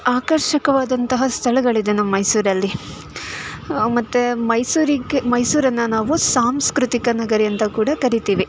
ಆಕರ್ಷಕವಾದಂತಹ ಸ್ಥಳಗಳಿದೆ ನಮ್ಮ ಮೈಸೂರಲ್ಲಿ ಮತ್ತು ಮೈಸೂರಿಗೆ ಮೈಸೂರನ್ನು ನಾವು ಸಾಂಸ್ಕೃತಿಕ ನಗರಿ ಅಂತ ಕೂಡ ಕರಿತೀವಿ